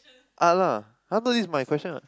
art lah !huh! not this is my question what